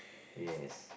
yes